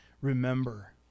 remember